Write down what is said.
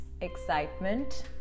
excitement